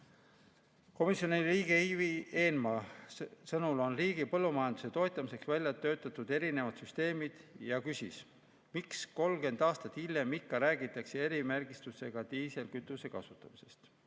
tõhus. Komisjoni liikme Ivi Eenmaa sõnul on riigil põllumajanduse toetamiseks välja töötatud erinevad süsteemid ja ta küsis, miks 30 aastat hiljem ikka räägitakse erimärgistusega diislikütuse kasutamisest.